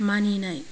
मानिनाय